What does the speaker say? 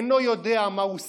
אינו יודע מה הוא שח,